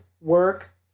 work